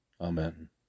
Amen